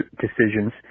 decisions